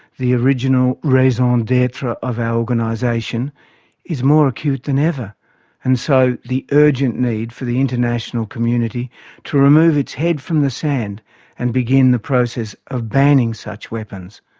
the original raison d'etre of our organisation is more acute than ever and so the urgent need for the international community to remove its head from the sand and begin the process of banning such weapons.